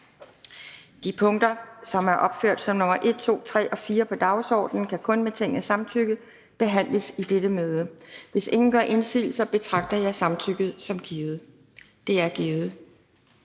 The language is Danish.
De punkter, som er opført som nr. 1, 2, 3 og 4 på dagsordenen, kan kun med Tingets samtykke behandles i dette møde. Hvis ingen gør indsigelse, betragter jeg samtykket som givet. Det er givet.